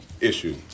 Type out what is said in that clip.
issue